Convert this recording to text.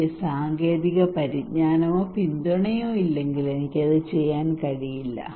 എനിക്ക് സാങ്കേതിക പരിജ്ഞാനമോ പിന്തുണയോ ഇല്ലെങ്കിൽ എനിക്ക് അത് ചെയ്യാൻ കഴിയില്ല